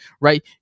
right